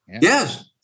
yes